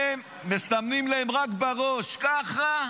הם רק מסמנים להם בראש ככה,